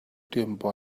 tiempo